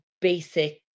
basic